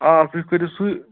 آ تُہۍ کٔرِو سُہ